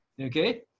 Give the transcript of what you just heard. okay